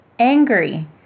angry